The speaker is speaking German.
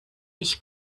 ich